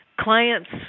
clients